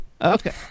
Okay